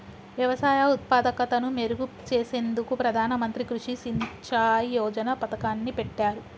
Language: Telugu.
వ్యవసాయ ఉత్పాదకతను మెరుగు చేసేందుకు ప్రధాన మంత్రి కృషి సించాయ్ యోజన పతకాన్ని పెట్టారు